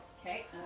Okay